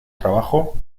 trabajo